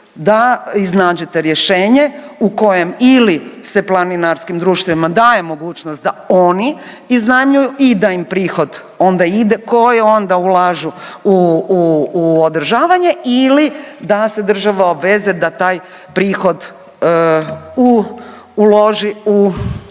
da iznađete rješenje u kojem ili se planinarskim društvima daje mogućnost da oni iznajmljuju i da im prihod onda ide koje onda ulažu u održavanje ili da se država obveže da taj prihod u uloži u održavanje.